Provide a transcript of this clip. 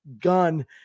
gun